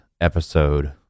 episode